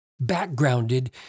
backgrounded